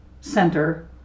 center